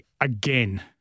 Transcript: again